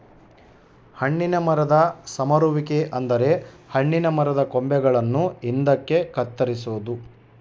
ಹಣ್ಣಿನ ಮರದ ಸಮರುವಿಕೆ ಅಂದರೆ ಹಣ್ಣಿನ ಮರದ ಕೊಂಬೆಗಳನ್ನು ಹಿಂದಕ್ಕೆ ಕತ್ತರಿಸೊದು